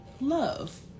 love